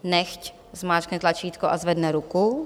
Nechť zmáčkne tlačítko a zvedne ruku.